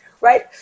right